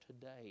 today